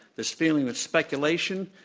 this feeling that speculation,